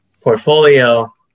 portfolio